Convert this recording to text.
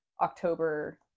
October